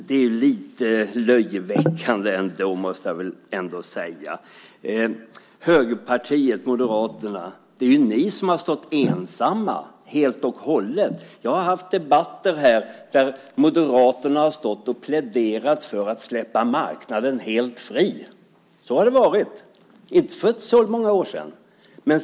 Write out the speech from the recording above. Det är lite löjeväckande, måste jag ändå säga. Det är högerpartiet Moderaterna som har stått ensamma helt och hållet. Jag har haft debatter där Moderaterna har pläderat för att släppa marknaden helt fri. Så har det varit, så var det för inte så många år sedan.